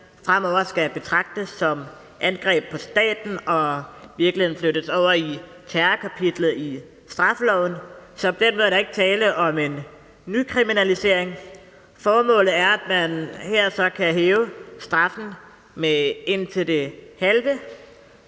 fremover skal betragtes som angreb på staten og i virkeligheden flyttes over i terrorkapitlet i straffeloven. Så på den måde er der ikke tale om en nykriminalisering. Formålet er, at man her så kan hæve straffen med indtil det halve,